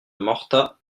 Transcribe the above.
morta